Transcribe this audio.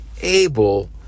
able